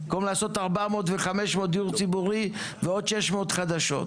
במקום לעשות 400 ו-500 דיור ציבורי ועוד 600 חדשות.